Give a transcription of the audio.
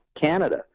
Canada